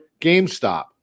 GameStop